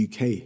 UK